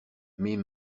mes